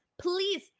please